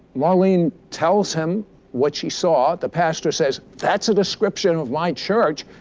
marlene tells him what she saw. the pastor says, that's a description of my church,